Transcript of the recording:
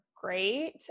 great